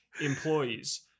Employees